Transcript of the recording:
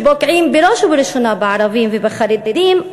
שפוגעים בראש ובראשונה בערבים ובחרדים.